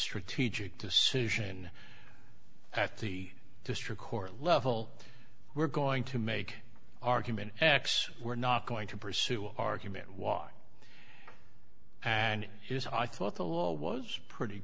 strategic decision that the district court level we're going to make argument x we're not going to pursue argument why and here's why i thought the law was pretty